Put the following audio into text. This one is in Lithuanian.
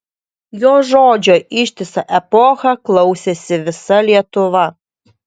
jo žodžio ištisą epochą klausėsi visa lietuva